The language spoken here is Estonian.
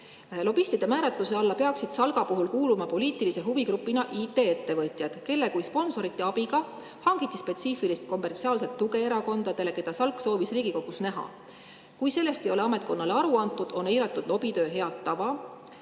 Lobistide määratluse alla peaksid Salga puhul kuuluma poliitilise huvigrupina IT-ettevõtjad, kelle kui sponsorite abiga hangiti spetsiifilist kommertsiaalset tuge erakondadele, keda Salk soovis Riigikogus näha. Kui sellest ei ole ametkonnale aru antud, on eiratud lobitöö head tava,